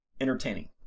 entertaining